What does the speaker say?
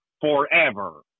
forever